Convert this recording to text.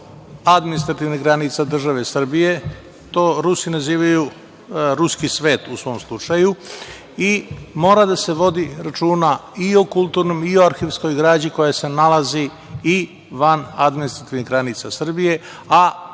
administrativnih granica države Srbije. To Rusi nazivaju u svom slučaju - ruski svet. Mora da se vodi računa i o kulturnoj i o arhivskoj građi koja se nalazi i van administrativnih granica Srbije, a